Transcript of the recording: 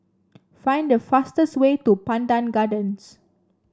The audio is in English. find the fastest way to Pandan Gardens